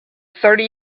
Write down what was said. thirty